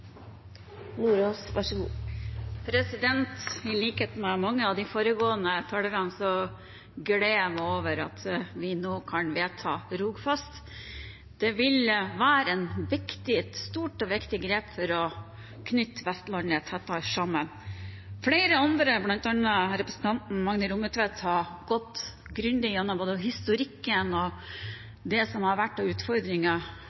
I likhet med mange av de foregående talerne gleder jeg meg over at vi nå kan vedta Rogfast. Det vil være et stort og viktig grep for å knytte Vestlandet tettere sammen. Flere andre, bl.a. representanten Magne Rommetveit, har gått grundig gjennom både historikken